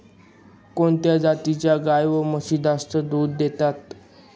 कोणत्या जातीच्या गाई व म्हशी जास्त दूध देतात?